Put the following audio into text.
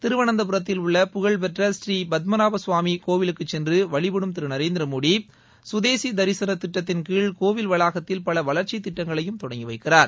திருவனந்தபுரத்தில் உள்ள புகழ்பெற்ற ஸ்ரீபத்மநாபகவாமி கோவிலுக்குச் சென்று வழிபடும் திரு சுதேசி தரிசன திட்டத்தின் கீழ் கோவில் வளாகத்தில் பல வளா்ச்சித் திட்டங்களையும் நரேந்திரமோடி தொடங்கி வைக்கிறார்